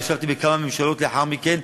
ישבתי בכמה ממשלות לאחר מכן,